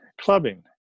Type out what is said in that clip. clubbing